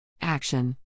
Action